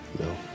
No